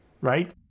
right